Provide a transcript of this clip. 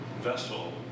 vessel